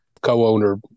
co-owner